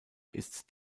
ist